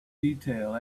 detail